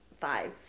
five